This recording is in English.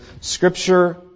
Scripture